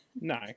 No